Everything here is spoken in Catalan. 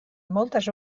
moltes